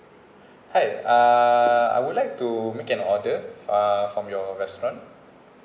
hi uh I would like to make an order uh from your restaurant